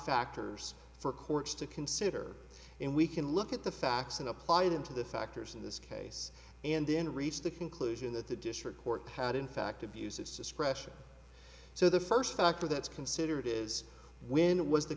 factors for courts to consider and we can look at the facts and apply them to the factors in this case and then reach the conclusion that the district court had in fact abuses discretion so the first factor that's considered is when was the